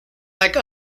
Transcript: like